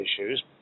issues